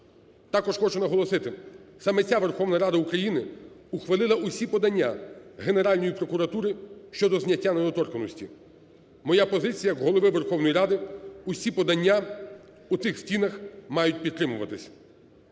Також хочу наголосити, саме ця Верховна Рада України ухвалила всі подання Генеральної прокуратури щодо зняття недоторканності. Моя позиція як Голови Верховної Ради: всі подання у цих стінах мають підтримуватись.